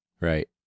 Right